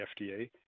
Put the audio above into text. FDA